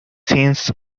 since